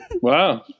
Wow